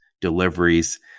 deliveries